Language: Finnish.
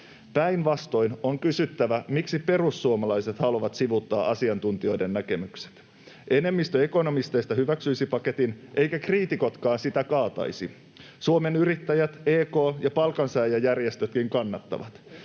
Päinvastoin on kysyttävä, miksi perussuomalaiset haluavat sivuuttaa asiantuntijoiden näkemykset. Enemmistö ekonomisteista hyväksyisi paketin, eivätkä kriitikotkaan sitä kaataisi. Suomen yrittäjät, EK ja palkansaajajärjestötkin kannattavat.